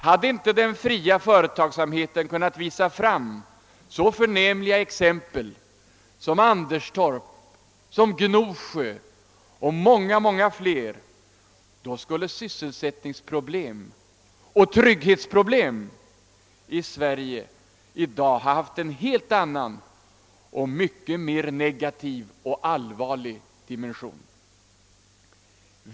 Hade inte den fria företagsamheten kunnat visa fram så förnämliga exempel som Anderstorp, Gnosjö och många fler skulle sysselsättningsproblem och trygghetsproblem i Sverige i dag ha haft en helt annan och mycket mer negativ och allvarlig dimension.